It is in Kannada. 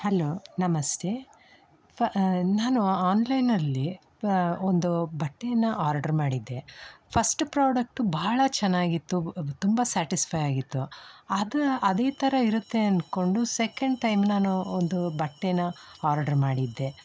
ಹಲೋ ನಮಸ್ತೆ ನಾನು ಆನ್ಲೈನಲ್ಲಿ ಒಂದು ಬಟ್ಟೆಯನ್ನು ಆರ್ಡರ್ ಮಾಡಿದೆ ಫಸ್ಟ್ ಪ್ರೊಡಕ್ಟು ಬಹಳ ಚೆನ್ನಾಗಿತ್ತು ಅದು ತುಂಬ ಸ್ಯಾಟಿಸ್ಫೈ ಆಗಿತ್ತು ಅದು ಅದೇ ಥರ ಇರುತ್ತೆ ಅಂದ್ಕೊಂಡು ಸೆಕೆಂಡ್ ಟೈಮ್ ನಾನು ಒಂದು ಬಟ್ಟೆನ ಆರ್ಡರ್ ಮಾಡಿದ್ದೆ